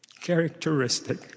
characteristic